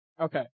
Okay